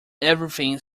everything